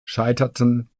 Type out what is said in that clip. scheiterten